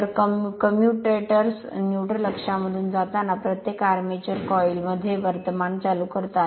तर कम्युटर्स न्यूट्रलअक्षामधून जाताना प्रत्येक आर्मेचर कॉइल मध्ये वर्तमान चालू करतात